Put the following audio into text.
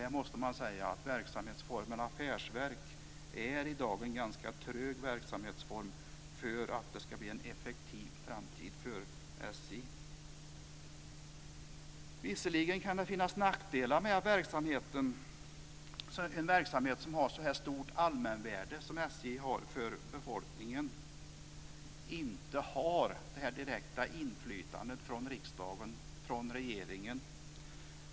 Här måste man säga att verksamhetsformen affärsverk i dag är en ganska trög verksamhetsform för att det ska bli en effektiv framtid för SJ. Visserligen kan det finnas nackdelar med att en verksamhet som har ett så stort allmänvärde som SJ har för befolkningen inte har det direkta inflytandet från riksdagen och regeringen.